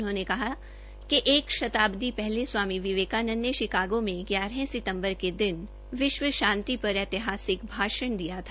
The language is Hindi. उन्होंने कहा कि एक शताब्दी पहले स्वामी विवेकानंद ने शिकागो में सितम्बर के दिन विश्व शांति पर ऐतिहासिक भाष्ण दिया था